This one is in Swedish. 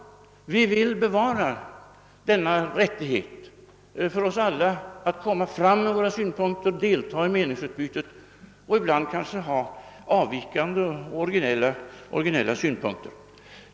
Vi vill bevara denna rättighet för oss alla att komma fram med våra synpunkter, delta i meningsutbytet och ibland kanske ha avvikande och origi nella synpunkter.